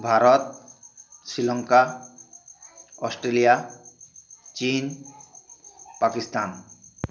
Bharat Sri Lanka Australia ଚୀନ ପାକିସ୍ତାନ